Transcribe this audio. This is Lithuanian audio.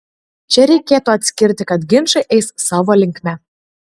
čia reikėtų atskirti kad ginčai eis savo linkme